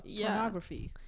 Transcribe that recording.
pornography